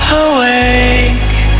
awake